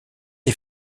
est